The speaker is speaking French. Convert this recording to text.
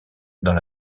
dans